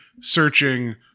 searching